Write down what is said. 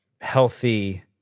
healthy